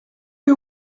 que